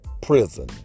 prison